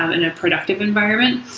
um in a productive environment,